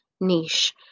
niche